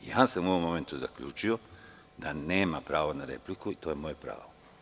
U ovom momentu sam zaključio da nema pravo na repliku i to je moje pravo.